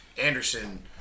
Anderson